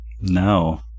No